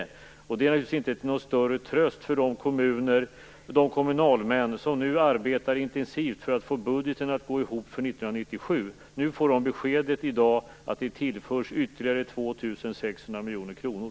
Det är naturligtvis inte någon större tröst för de kommunalmän som nu arbetar intensivt för att få budgeten att gå ihop för 1997. I dag får de beskedet att de tillförs ytterligare 2 600 miljoner kronor.